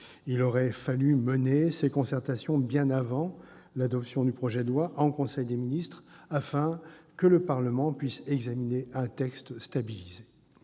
Il aurait fallu mener ces concertations bien avant l'adoption du projet de loi en conseil des ministres, afin que le Parlement puisse disposer d'un texte stabilisé.